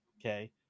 okay